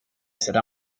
será